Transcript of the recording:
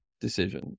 decision